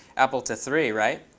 apple to three, right?